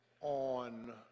on